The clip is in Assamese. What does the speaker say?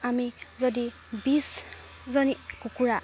আমি যদি বিশজনী কুকুৰা